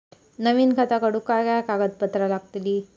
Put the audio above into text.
नवीन खाता काढूक काय काय कागदपत्रा लागतली?